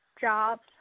jobs